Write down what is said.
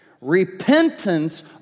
Repentance